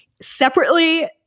separately